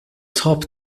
top